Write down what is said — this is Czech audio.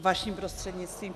Vaším prostřednictvím.